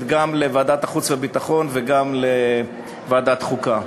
לוועדת החוץ והביטחון ולוועדת החוקה.